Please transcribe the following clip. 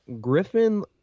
Griffin